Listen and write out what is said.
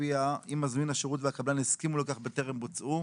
הופיע "אם מזמין השירות והקבלן הסכימו על כך בטרם בוצעו"